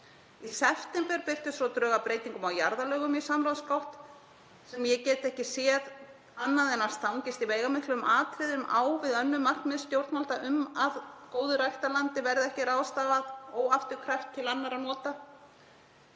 Í september birtust svo drög að breytingum á jarðalögum í samráðsgátt sem ég get ekki séð annað en að stangist í veigamiklum atriðum á við önnur markmið stjórnvalda um að góðu ræktarlandi verði ekki ráðstafað óafturkræft til annarra nota.